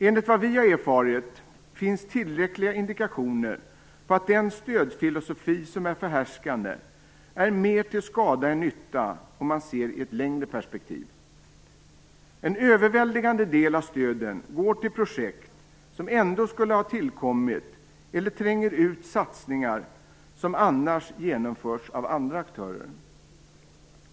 Enligt vad vi har erfarit finns tillräckliga indikationer på att den stödfilosofi som är förhärskande mer är till skada än till nytta om man ser i ett längre perspektiv. En överväldigande del av stöden går till projekt som ändå skulle ha tillkommit eller tränger ut satsningar som annars genomförts av andra aktörer.